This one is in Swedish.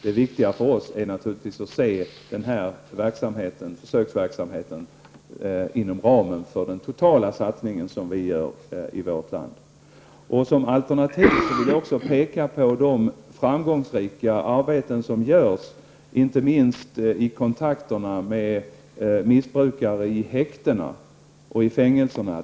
Det viktiga för oss är naturligtvis att se denna försöksverksamhet inom ramen för den totala satsning som vi gör i vårt land. Jag vill, som alternativ, peka på de framgångsrika arbeten som har bedrivits inte minst i kontakterna med missbrukare i häkten och fängelserna.